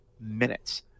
minutes